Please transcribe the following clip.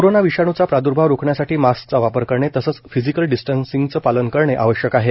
corona विषाणूचा प्राद्र्भाव रोखण्यासाठी मास्कचा वापर करणे तसेच फिजिकल डिस्टन्सिंगचे पालन करणे आवश्यक आहे